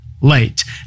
late